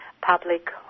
Public